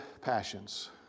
passions